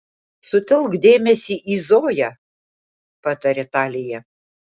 sutelk dėmesį į zoją patarė talija